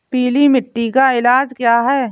पीली मिट्टी का इलाज क्या है?